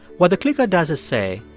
what the clicker does is say,